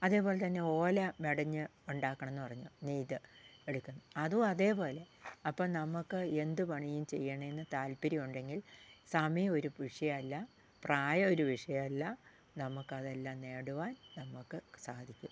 അതേപോലെ തന്നെ ഓല മെടഞ്ഞ് ഉണ്ടാക്കണം എന്ന് പറഞ്ഞു നെയ്ത് എടുക്കുന്നു അതും അതേപോലെ അപ്പം നമക്ക് എന്ത് പണിയും ചെയ്യുന്നതിന് താല്പര്യം ഉണ്ടെങ്കിൽ സമയം ഒരു വിഷയമല്ല പ്രായം ഒരു വിഷയമല്ല നമുക്കതെല്ലാം നേടുവാൻ നമുക്ക് സാധിക്കും